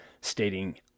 stating